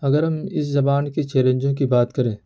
اگر ہم اس زبان کی چیلنجوں کی بات کریں